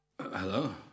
Hello